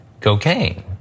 cocaine